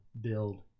build